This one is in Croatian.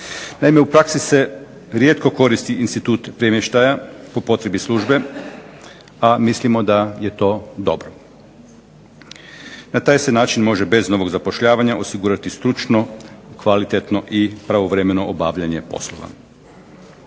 Naime, u praksi se rijetko koristi institut premještaja po potrebi službe, a mislimo da je to dobro. Na taj se način može bez novog zapošljavanja osigurati stručno, kvalitetno i pravovremeno obavljanje poslova.